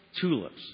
tulips